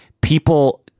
people